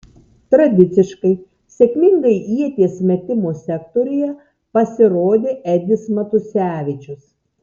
tradiciškai sėkmingai ieties metimo sektoriuje pasirodė edis matusevičius